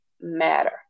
matter